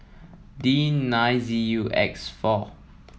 D nine Z U X four